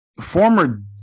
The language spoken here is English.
Former